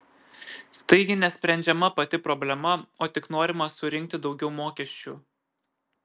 taigi nesprendžiama pati problema o tik norima surinkti daugiau mokesčių